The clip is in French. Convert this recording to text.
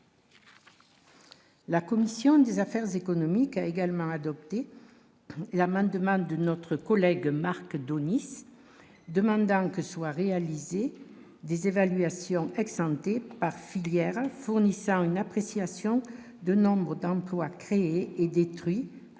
La commission des affaires économiques, a également adopté l'amendement de notre collègue Marc demandant que soient réalisés des évaluations ex hanté par filière en fournissant une appréciation de nombres d'emplois créés et détruits à court,